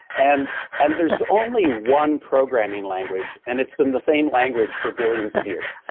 and and there's only one programming language and it's been the same language for billions of years.